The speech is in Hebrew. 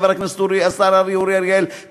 השר אורי אריאל,